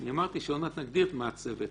אני אמרתי שעוד מעט נגדיר מה הצוות,